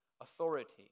authority